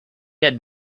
had